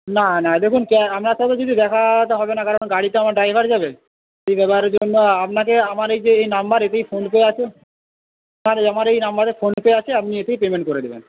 না না দেখুন আপনার সাথে যদি দেখা তো হবে না কারণ গাড়ি তো আমার ড্রাইভার যাবে সেই যাবার জন্য আপনাকে আমার এই যে এই নম্বর এতেই ফোন পে আছে আমার এই নম্বরে ফোন পে আছে আপনি এতেই পেমেন্ট করে দেবেন